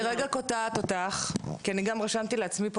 אני רגע קוטעת אותך כי גם רשמתי לעצמי פה